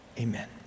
Amen